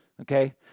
Okay